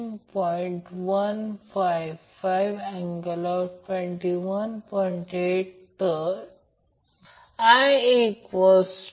आणि line L ची current magnitude magnitude I a I b I c phase current